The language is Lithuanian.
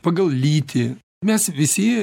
pagal lytį mes visi